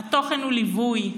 התוכן הוא ליווי.